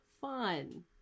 Fun